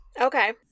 Okay